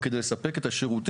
יוזמי החוק,